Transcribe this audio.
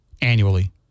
Annually